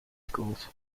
schools